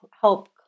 help